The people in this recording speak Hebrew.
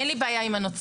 אין לי בעיה עם הנוצרים,